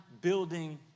building